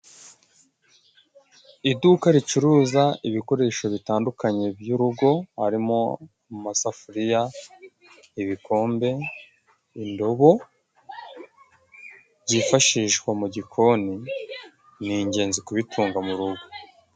Iduka ricuruza ibikoresho bitandukanye by'urugo harimo amasafuriya, ibikombe, indobo byifashishwa mu gikoni, ni ingenzi kubitunga mu rugo.